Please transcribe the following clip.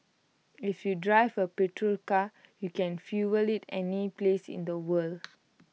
if you drive A petrol car you can fuel IT any place in the world